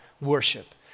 worship